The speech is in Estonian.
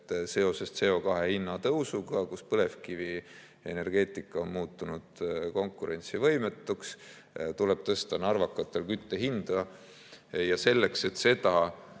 et seoses CO2hinna tõusuga, mille tõttu põlevkivienergeetika on muutunud konkurentsivõimetuks, tuleb tõsta narvakatel kütte hinda. Ja selleks, et seda